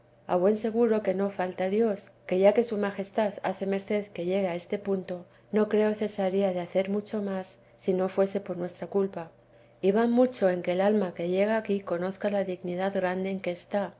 a buen seguro que no falta dios que ya que su majestad hace merced que llegue a este punto no creo cesaría de hacer muchas más si no fuese por nuestra culpa y va mucho en que el alma que llega aquí conozca la dignidad grande en que está